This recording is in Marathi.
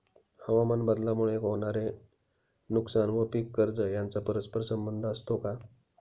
हवामानबदलामुळे होणारे नुकसान व पीक कर्ज यांचा परस्पर संबंध असतो का?